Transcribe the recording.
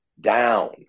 down